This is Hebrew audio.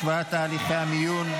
השוואת תהליכי המיון,